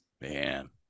Man